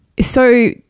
so-